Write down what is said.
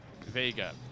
Vega